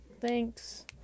Thanks